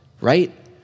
right